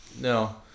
No